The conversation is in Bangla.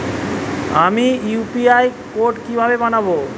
আমি ইউ.পি.আই কোড কিভাবে বানাব?